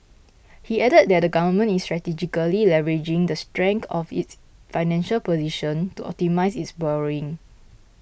he added that the Government is strategically leveraging the of its financial position to optimise its borrowing